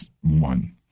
one